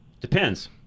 Depends